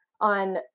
on